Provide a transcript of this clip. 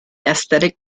aesthetic